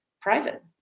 private